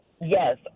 yes